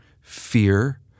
fear